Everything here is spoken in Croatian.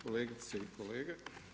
Kolegice i kolege.